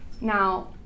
Now